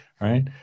right